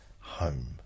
home